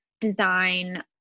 design